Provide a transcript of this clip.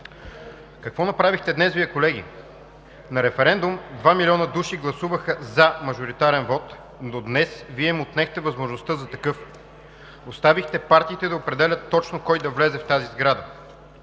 Какво направихте днес, колеги? На референдум 2 милиона души гласуваха „за“ мажоритарен вот, но днес Вие им отнехте възможността за такъв. Оставихте партиите да определят точно кой да влезе в тази сграда.